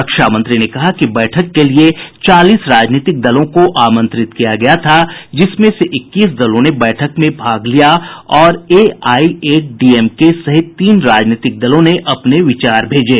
रक्षामंत्री ने कहा कि बैठक के लिए चालीस राजनीतिक दलों को आमंत्रित किया गया था जिसमें से इक्कीस दलों ने बैठक में भाग लिया और एआईएडीएमके सहित तीन राजनीतिक दलों ने अपने विचार भेजे